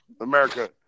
America